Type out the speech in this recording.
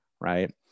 right